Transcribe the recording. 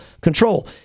control